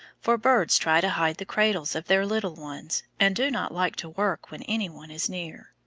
for birds try to hide the cradles of their little ones, and do not like to work when anyone is near.